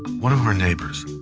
one of our neighbors,